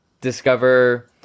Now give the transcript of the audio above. discover